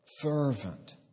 fervent